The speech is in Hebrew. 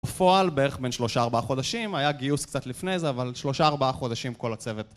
בפועל בערך בין 3-4 חודשים, היה גיוס קצת לפני זה, אבל 3-4 חודשים כל הצוות